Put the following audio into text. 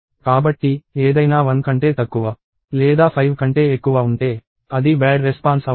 కాబట్టి ఏదైనా 1 కంటే తక్కువ లేదా 5 కంటే ఎక్కువ ఉంటే అది బ్యాడ్ రెస్పాన్స్ అవుతుంది